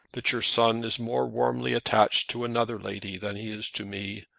that your son is more warmly attached to another lady than he is to me,